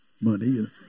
money